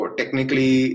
technically